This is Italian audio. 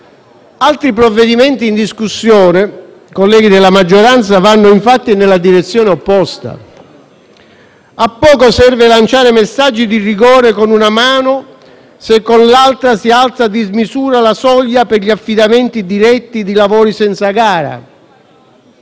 Altri provvedimenti in discussione, colleghi della maggioranza, vanno infatti nella direzione opposta. A poco serve lanciare messaggi di rigore con una mano, se con l'altra si alza a dismisura la soglia per gli affidamenti diretti di lavori senza gara,